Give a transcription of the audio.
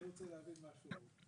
אני רוצה להבין משהו: